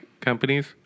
companies